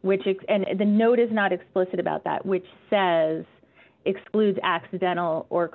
which is the note is not explicit about that which says excludes accidental or